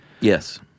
Yes